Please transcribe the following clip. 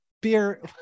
beer